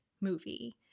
movie